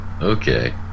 Okay